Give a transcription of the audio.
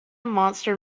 monster